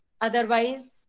Otherwise